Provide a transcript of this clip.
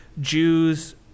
Jews